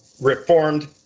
reformed